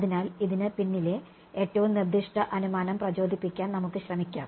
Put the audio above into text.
അതിനാൽ ഇതിന് പിന്നിലെ ഏറ്റവും നിർദ്ദിഷ്ട അനുമാനം പ്രചോദിപ്പിക്കാൻ നമുക്ക് ശ്രമിക്കാം